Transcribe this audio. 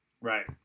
Right